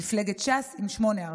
מפלגת ש"ס, עם שמונה הרשעות.